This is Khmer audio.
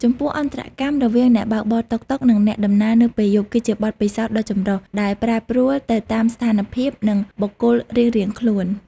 ចំពោះ អន្តរកម្មរវាងអ្នកបើកបរតុកតុក និងអ្នកដំណើរនៅពេលយប់ គឺជាបទពិសោធន៍ដ៏ចម្រុះ ដែលប្រែប្រួលទៅតាមស្ថានភាព និងបុគ្គលរៀងៗខ្លួន។